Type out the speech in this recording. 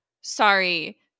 Sorry